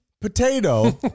potato